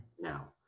now